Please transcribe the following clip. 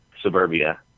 suburbia